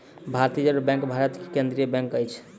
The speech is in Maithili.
भारतीय रिज़र्व बैंक भारत के केंद्रीय बैंक अछि